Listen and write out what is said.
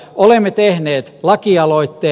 olemme tehneet lakialoitteen